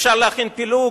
אפשר להכין פילוג,